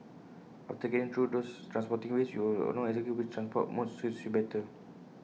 after getting through those transporting ways you will know exactly which transport modes suit you better